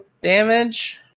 damage